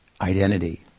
identity